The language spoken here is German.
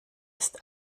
ist